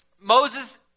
Moses